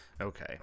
Okay